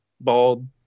bald